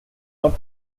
not